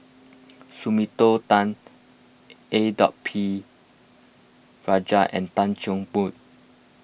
Sumiko Tan A dot P Rajah and Tan Cheng Bock